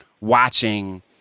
watching